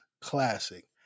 Classic